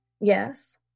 Yes